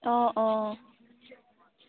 অঁ অঁ